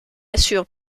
assure